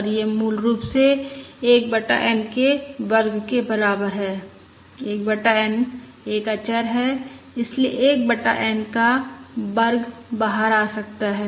और यह मूल रूप से 1 बटा N के वर्ग के बराबर है 1 बटा N एक अचर है इसलिए 1 बटा N का वर्ग बाहर आ सकता है